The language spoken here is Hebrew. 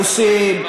רוסים,